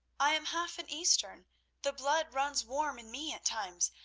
i am half an eastern the blood runs warm in me at times.